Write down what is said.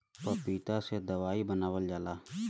पपीता से दवाई बनावल जाला